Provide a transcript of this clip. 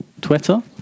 Twitter